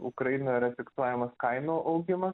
ukrainoje yra fiksuojamas kainų augimas